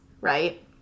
Right